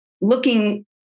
looking